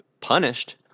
punished